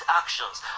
actions